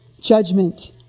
judgment